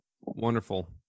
Wonderful